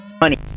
money